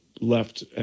left